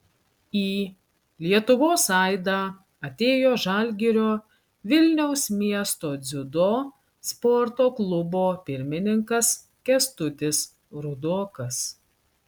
į lietuvos aidą atėjo žalgirio vilniaus miesto dziudo sporto klubo pirmininkas kęstutis rudokas